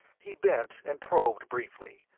he bent and probed briefly,